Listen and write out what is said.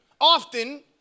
Often